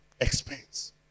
expense